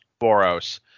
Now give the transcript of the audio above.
Boros